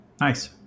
Nice